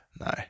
No